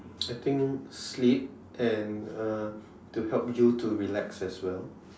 I think sleep and uh to help you to relax as well